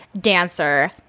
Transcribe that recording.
dancer